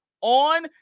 on